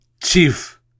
chief